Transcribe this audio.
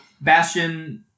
Bastion